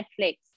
Netflix